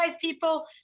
people